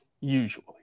usually